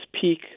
peak